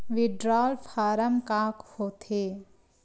withdrawal form का होथेय